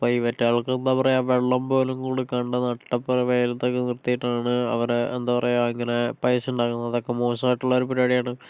അപ്പം ഇവറ്റകൾക്ക് എന്താ പറയുക വെള്ളം പോലും കൊടുക്കാണ്ട് നട്ടപ്രാ വെയിലത്തക്കെ നിർത്തിട്ടാണ് അവരെ എന്താ പറയുക ഇങ്ങനെ പൈസേണ്ടാക്കുന്നത് അതൊക്കെ മോശായിട്ടുള്ള ഒരു പരിപാടിയാണ്